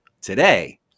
Today